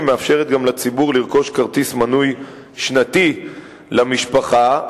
מאפשרת לציבור לרכוש מינוי שנתי למשפחה,